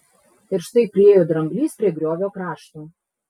ir štai priėjo dramblys prie griovio krašto